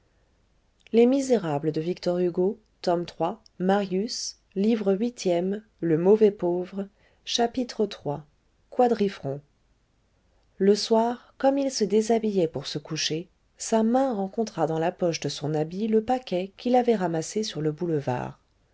chapitre iii quadrifrons le soir comme il se déshabillait pour se coucher sa main rencontra dans la poche de son habit le paquet qu'il avait ramassé sur le boulevard